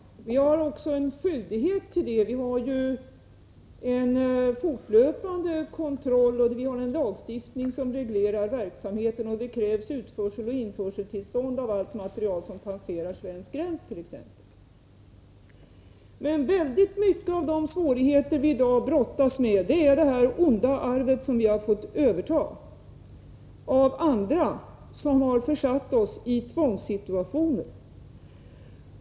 Vi har även en skyldighet att göra så. Vi har en fortlöpande kontroll och en lagstiftning som reglerar verksamheten. Det krävs utförseloch införseltillstånd för allt material som passerar svensk gräns. Väldigt många av de svårigheter som vi i dag brottas med beror emellertid på det onda arv som vi har fått överta från andra och som har försatt oss i tvångssituationer.